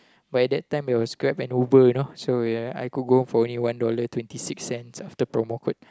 but at that time it was Grab and Uber you know so ya I could go home for only one dollar twenty six cents after promo code